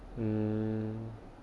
mm